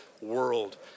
world